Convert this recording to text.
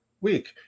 week